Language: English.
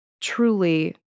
truly